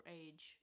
age